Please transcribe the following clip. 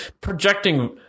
projecting